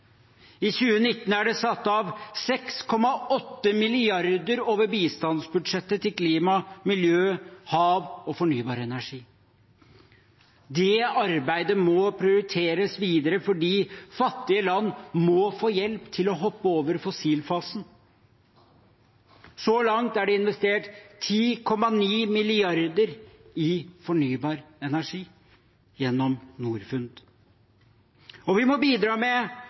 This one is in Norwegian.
I 2019 er det satt av 6,8 mrd. kr over bistandsbudsjettet til klima, miljø, hav og fornybar energi. Det arbeidet må prioriteres videre fordi fattige land må få hjelp til å hoppe over fossilfasen. Så langt er det investert 10,9 mrd. kr i fornybar energi gjennom Norfund. Vi må bidra med